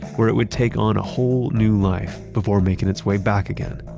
where it would take on a whole new life before making its way back again.